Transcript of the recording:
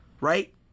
Right